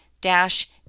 dash